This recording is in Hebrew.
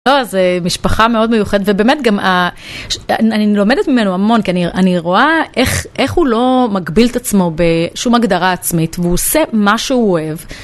זו משפחה מאוד מיוחדת ובאמת גם אני לומדת ממנו המון כי אני רואה איך הוא לא מגביל את עצמו בשום הגדרה עצמית והוא עושה מה שהוא אוהב.